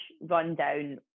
run-down